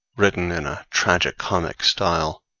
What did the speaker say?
written in a tragicomic style,